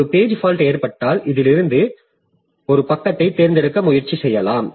ஒரு page fault ஏற்பட்டால் இதிலிருந்து ஒரு பக்கத்தைத் தேர்ந்தெடுக்க முயற்சி செய்யலாம்